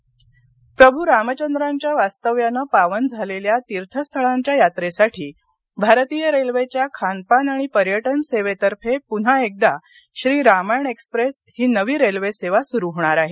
Ramayana express प्रभू रामचंद्रांच्या वास्तव्यानं पावन झालेल्या तीर्थस्थळांच्या यात्रेसाठी भारतीय रेल्वेच्या खानपान आणि पर्यटन सेवेतर्फे प्रन्हा एकदा श्री रामायण एक्सप्रेस ही नवी रेल्वे सेवा सुरु होणार आहे